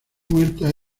muerta